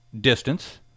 distance